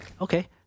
okay